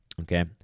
Okay